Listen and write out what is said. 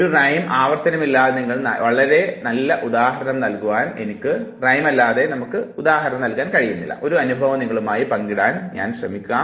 ഒരു റൈ ആവർത്തനമല്ലാതെ നിങ്ങൾക്ക് വളരെ നല്ല ഉദാഹരണം നൽകുവാൻ എനിക്ക് കഴിയില്ല ഒരു അനുഭവം നിങ്ങളുമായി പങ്കിടുവാൻ എനിക്ക് കഴിയും